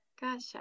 Gotcha